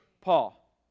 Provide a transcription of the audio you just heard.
Paul